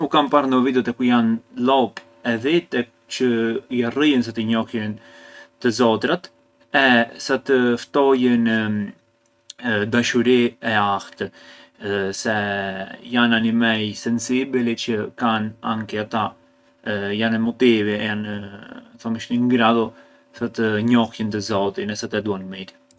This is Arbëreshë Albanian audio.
U kam parë ndo videu te ku jan lopë e dhi çë jarrëjën sa të njohjën të zotrat e sa të ftojën dashuri e ahtë, se janë animej sensibili çë kan anki ata, janë thomi ‘shtu in gradu sa të njohjën të zotin e sa të e duanë mirë.